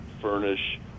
furnish